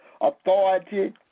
authority